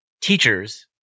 teachers